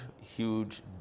huge